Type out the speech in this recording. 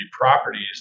properties